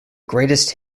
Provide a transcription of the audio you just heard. greatest